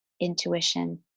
intuition